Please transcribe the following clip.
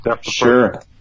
Sure